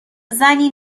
زنی